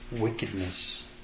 wickedness